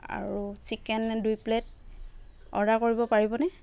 আৰু চিকেন দুই plate order কৰিব পাৰিবনে